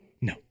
No